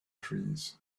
trees